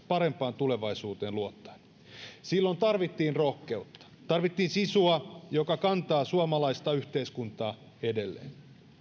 parempaan tulevaisuuteen luottaen silloin tarvittiin rohkeutta tarvittiin sisua joka kantaa suomalaista yhteiskuntaa edelleen